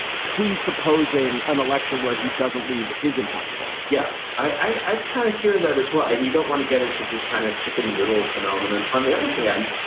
presupposing an election where he doesn't leave isn't helpful yeah, i kind of hear that as well. i know you don't want to get into this kind of chicken little phenomenon. on the other hand,